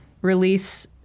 release